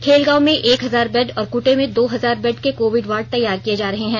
खेलगांव में एक हजार बेड और कृटे में दो हजार बेड के कोविड वार्ड तैयार किये जा रहे हैं